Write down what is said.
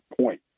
point